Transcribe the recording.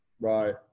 right